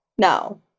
No